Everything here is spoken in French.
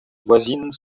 voisine